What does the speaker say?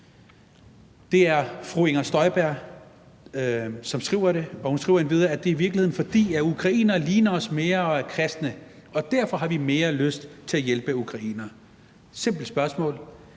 Det er fru Inger Støjberg, som skriver det. Og hun skriver endvidere, at det i virkeligheden er, fordi ukrainere ligner os mere og er kristne, og derfor har vi mere lyst til at hjælpe ukrainere. Jeg har et simpelt spørgsmål.